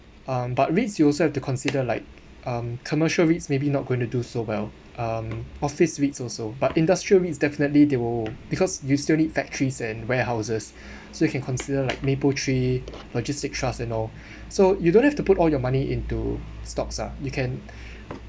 um but REITS you also have to consider like um commercial REITS maybe not going to do so well um office REITS also but industrial REITS definitely they will because you still need factories and warehouses so you can consider like Mapletree Logistics Trust and all so you don't have to put all your money into stocks ah you can